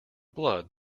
blood